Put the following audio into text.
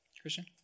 Christian